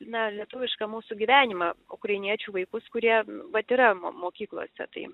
na lietuvišką mūsų gyvenimą ukrainiečių vaikus kurie vat yra mokyklose tai